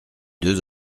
deux